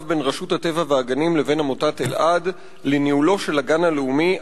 בין רשות הטבע והגנים לבין עמותת אלע"ד לניהולו של הגן הלאומי,